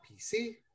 PC